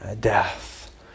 death